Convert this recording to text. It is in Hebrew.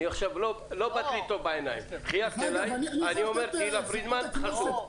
לא באת לי טוב בעיניים וחייגת אליי אני אומר: תהלה פרידמן חסומה.